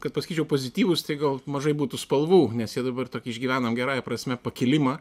kad pasakyčiau pozityvūs tai gal mažai būtų spalvų nes jie dabar tokį išgyvenam gerąja prasme pakilimą